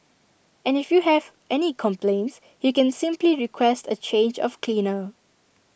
and if you have any complaints you can simply request A change of cleaner